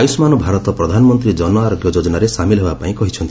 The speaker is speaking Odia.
ଆୟୁଷ୍ମାନ ଭାରତ ପ୍ରଧାନମନ୍ତ୍ରୀ ଜନ ଆରୋଗ୍ୟ ଯୋଜନାରେ ସାମିଲ୍ ହେବାପାଇଁ କହିଛନ୍ତି